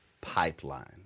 pipeline